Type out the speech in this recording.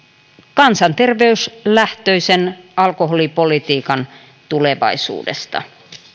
kansanterveyslähtöisen alkoholipolitiikan tulevaisuudesta